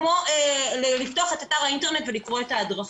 כמו לפתוח את אתר האינטרנט ולקרוא את ההדרכות.